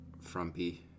frumpy